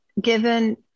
given